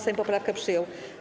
Sejm poprawkę przyjął.